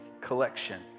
collection